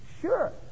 Sure